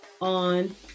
on